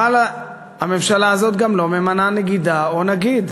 אבל הממשלה הזו גם לא ממנה נגידה או נגיד.